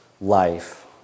life